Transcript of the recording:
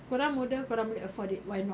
kau orang muda kau orang boleh afford it why not